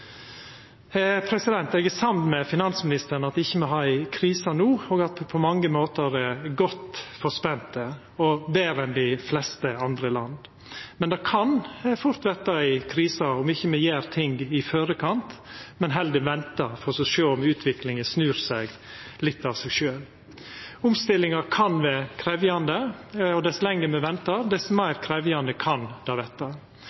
Eg er samd med finansministeren i at me ikkje har ei krise no, og at me på mange måtar er godt forspente og betre enn dei fleste andre land. Men det kan fort verta ei krise om me ikkje gjer ting i forkant, men heller ventar og ser om utviklinga snur litt av seg sjølv. Omstillingar kan vera krevjande, og dess lenger me ventar, dess meir krevjande kan det verta.